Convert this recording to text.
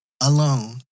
alone